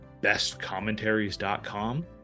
bestcommentaries.com